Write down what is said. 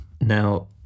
Now